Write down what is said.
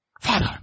father